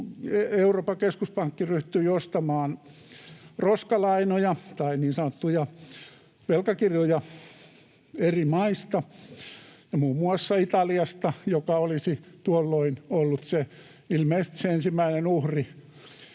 Euroopan keskuspankki ryhtyi ostamaan roskalainoja tai niin sanottuja velkakirjoja eri maista, muun muassa Italiasta, joka olisi tuolloin ollut ilmeisesti se ensimmäinen uhri